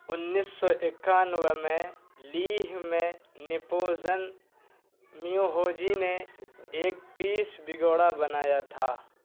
انیس سو اکیانوے میں لیہہ میں نیپوزن میوہوجی نے ایک پیس بگوڑا بنایا تھا